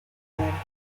languages